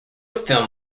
film